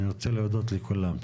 אני רוצה להודות לכולם.